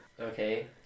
Okay